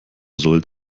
soll